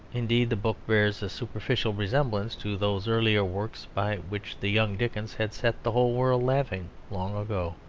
indeed, the book bears a superficial resemblance to those earlier works by which the young dickens had set the whole world laughing long ago.